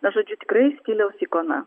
žodžiu tikrai stiliaus ikona